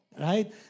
right